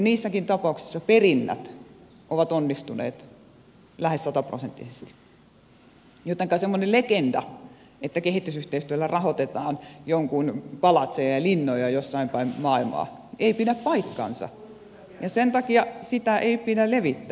niissäkin tapauksissa perinnät ovat onnistuneet lähes sataprosenttisesti jotenka semmoinen legenda että kehitysyhteistyöllä rahoitetaan jonkun palatseja ja linnoja jossain päin maailmaa ei pidä paikkaansa ja sen takia sitä ei pidä levittää